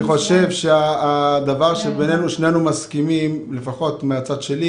חושב ששנינו מסכימים לפחות מהצד שלי